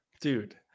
Dude